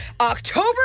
October